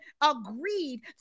agreed